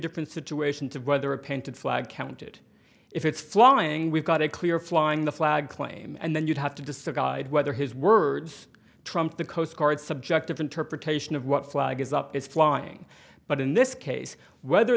different situations of whether a painted flag counted if it's flying we've got a clear flying the flag claim and then you have to decide whether his words trump the coastguard subjective interpretation of what flag is up it's flying but in this case whether